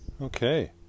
Okay